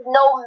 no